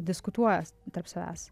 diskutuojas tarp savęs